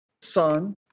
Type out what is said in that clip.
son